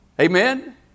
Amen